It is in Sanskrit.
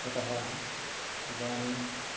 यतः इदानीम्